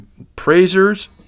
appraisers